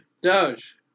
Doge